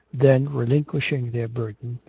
then relinquishing their burden,